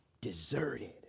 deserted